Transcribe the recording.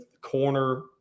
corner